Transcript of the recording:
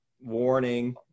Warning